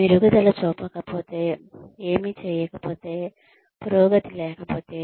మెరుగుదల చూపకపోటే ఏమీ చేయకపోతే పురోగతి లేకపోతే